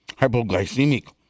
hypoglycemic